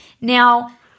Now